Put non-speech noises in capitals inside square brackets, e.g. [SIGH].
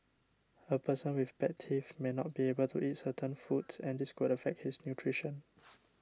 a person with bad teeth may not be able to eat certain foods and this could affect his nutrition [NOISE]